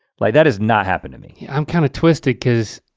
like that has not happened to me. yeah, i'm kind of twisted cause